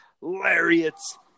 Lariat's